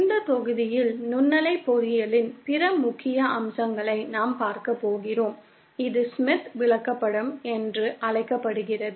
இந்த தொகுதியில் நுண்ணலை பொறியியலின் பிற முக்கிய அம்சங்களை நாம் பார்க்க போகிறோம் இது ஸ்மித் விளக்கப்படம் என்று அழைக்கப்படுகிறது